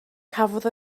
cafodd